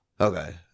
Okay